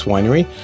Winery